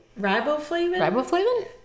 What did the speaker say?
Riboflavin